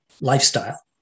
lifestyle